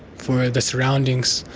for the surroundings,